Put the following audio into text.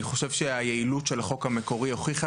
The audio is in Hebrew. אני חושב שהיעילות של החוק המקורי הוכיחה